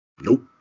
Nope